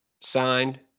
signed